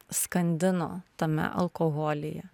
skandino tame alkoholyje